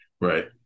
Right